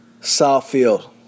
Southfield